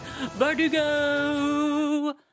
Bardugo